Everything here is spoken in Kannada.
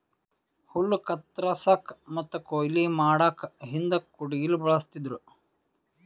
ಹುಲ್ಲ್ ಕತ್ತರಸಕ್ಕ್ ಮತ್ತ್ ಕೊಯ್ಲಿ ಮಾಡಕ್ಕ್ ಹಿಂದ್ ಕುಡ್ಗಿಲ್ ಬಳಸ್ತಿದ್ರು